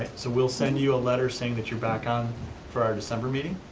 so we'll send you a letter saying that you're back on for our december meeting,